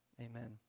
amen